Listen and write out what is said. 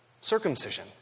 circumcision